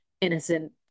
innocent